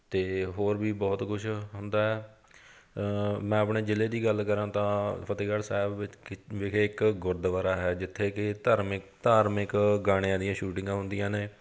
ਅਤੇ ਹੋਰ ਵੀ ਬਹੁਤ ਕੁਛ ਹੁੰਦਾ ਹੈ ਮੈਂ ਆਪਣੇ ਜ਼ਿਲ੍ਹੇ ਦੀ ਗੱਲ ਕਰਾਂ ਤਾਂ ਫਤਿਹਗੜ੍ਹ ਸਾਹਿਬ ਵਿੱਚ ਕੀ ਵਿਖੇ ਇੱਕ ਗੁਰਦੁਆਰਾ ਹੈ ਜਿੱਥੇ ਕਿ ਧਰਮਿਕ ਧਾਰਮਿਕ ਗਾਣਿਆਂ ਦੀਆਂ ਸ਼ੂਟਿੰਗਾਂ ਹੁੰਦੀਆਂ ਨੇ